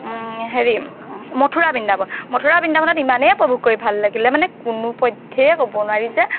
হেৰি মথুৰা বৃন্দাবন মথুৰা বৃন্দাবনত ইমানেই উপভোগ কৰি ভাল লাগিলে মানে কোনোপধ্যেই ক'ব নোৱাৰি যে